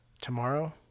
tomorrow